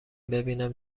ببینم